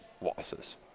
losses